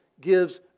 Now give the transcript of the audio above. gives